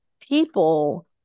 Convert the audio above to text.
people